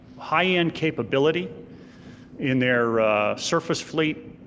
high end capability in their surface fleet,